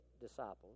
disciples